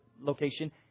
location